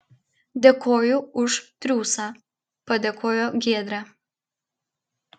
dėkoju už triūsą padėkojo giedrė